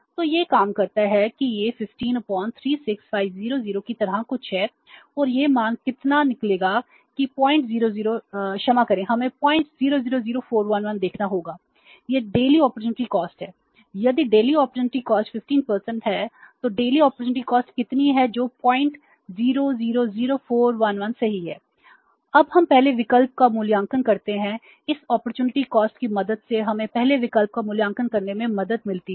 तो यह काम करता है कि यह 1536500 की तरह कुछ है और यह मान कितना निकलेगा कि 000 क्षमा करें हमें 0000411 देखना होगा यह डेल्ही अपॉर्चुनिटी कॉस्ट की मदद से हमें पहले विकल्प का मूल्यांकन करने में मदद मिलती है